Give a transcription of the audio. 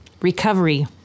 recovery